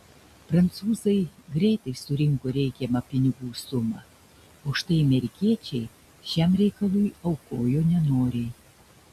prancūzai greitai surinko reikiamą pinigų sumą o štai amerikiečiai šiam reikalui aukojo nenoriai